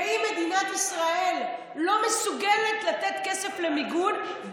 ואם מדינת ישראל לא מסוגלת לתת כסף למיגון,